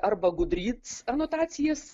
arba good reads anotacijas